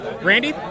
Randy